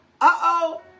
uh-oh